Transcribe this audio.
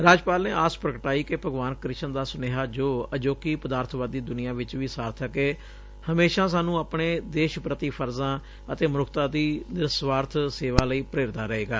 ਰਾਜਪਾਲ ਨੇ ਆਸ ਪੁਗਟਾਈ ਕਿ ਭਗਵਾਨ ਕਿਸ਼ਨ ਦਾ ਸੁਨੇਹਾ ਜੋ ਅਜੋਕੇ ਪਦਾਰਬਵਾਦੀ ਦੁਨੀਆਂ ਵਿਚ ਵੀ ਸਾਰਬਿਕ ਏ ਹਮੇਸ਼ਾਂ ਸਾਨੂੰ ਆਪਣੇ ਦੇਸ਼ ਪ੍ਰਤੀ ਫਰਜ਼ਾਂ ਅਤੇ ਮਨੁੱਖਤਾ ਦੀ ਨਿਰਸਵਾਰਬ ਸੇਵਾ ਲਈ ਪ੍ਰੇਰਦਾ ਰਹੇਗਾ